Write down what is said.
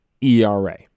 ERA